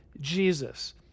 Jesus